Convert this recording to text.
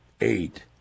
eight